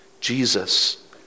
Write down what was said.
Jesus